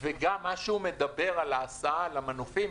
ובנוסף,